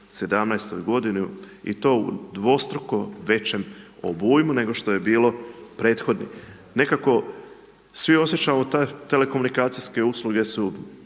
2017. g. i to u dvostrukom većem obujmu nego što je bilo prethodno. Nekako svi osjećamo te telekomunikacijske usluge su